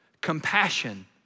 compassion